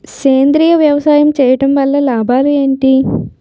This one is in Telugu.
సేంద్రీయ వ్యవసాయం చేయటం వల్ల లాభాలు ఏంటి?